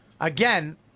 Again